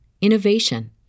innovation